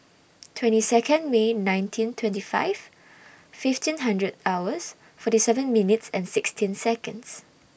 twenty Second May nineteen twenty five fifteen hundred hours forty seven minutes and sixteen Seconds